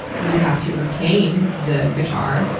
you would have to obtain the guitar.